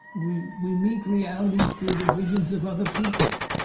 we we meet reality through the visions of other people